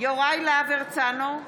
יוראי להב הרצנו,